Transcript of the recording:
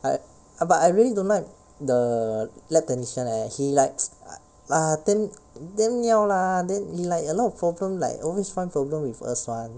but but I really don't like the lab technician leh he like err ah damn damn ngiao lah then he like a lot of problem like always find problem with us [one]